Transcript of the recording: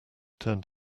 turned